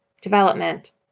development